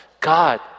God